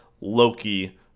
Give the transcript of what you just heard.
Loki